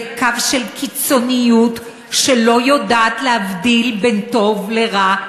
זה קו של קיצוניות שלא יודעת להבדיל בין טוב לרע.